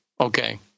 okay